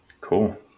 cool